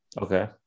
Okay